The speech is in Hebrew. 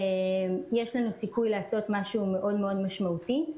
יש לנו סיכוי לעשות משהו משמעותי מאוד.